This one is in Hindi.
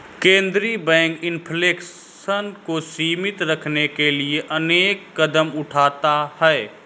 केंद्रीय बैंक इन्फ्लेशन को सीमित रखने के लिए अनेक कदम उठाता है